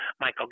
Michael